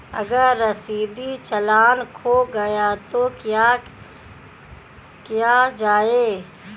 अगर रसीदी चालान खो गया तो क्या किया जाए?